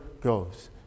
goes